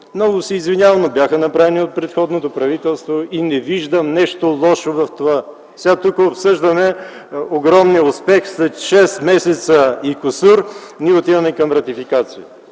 много се извинявам, но бяха направени от предходното правителство и не виждам нещо лошо в това. Сега тук обсъждаме огромния успех, че след 6 месеца и кусур, ние отиваме към ратификация.